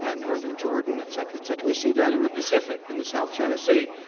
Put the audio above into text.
ah northern jordan, et cetera, et cetera. we see that in the pacific, in the south china sea,